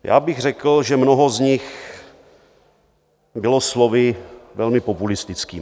Já bych řekl, že mnoho z nich bylo slovy velmi populistickými.